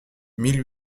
mille